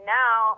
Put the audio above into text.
now